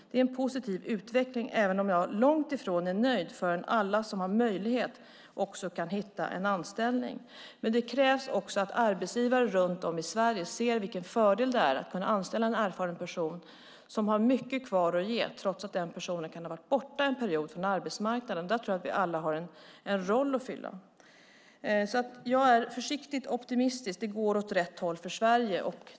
Det är en positiv utveckling, även om jag långt ifrån är nöjd förrän alla som har möjlighet också kan hitta en anställning. Men det krävs också att arbetsgivare runt om i Sverige ser vilken fördel det är att kunna anställa en erfaren person som har mycket kvar att ge trots att den personen kan ha varit borta en period från arbetsmarknaden. Där tror jag att vi alla har en roll att fylla. Jag är försiktigt optimistisk. Det går åt rätt håll för Sverige.